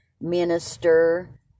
minister